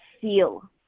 feel